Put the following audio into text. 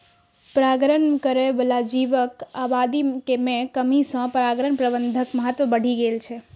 परागण करै बला जीवक आबादी मे कमी सं परागण प्रबंधनक महत्व बढ़ि गेल छै